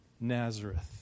Nazareth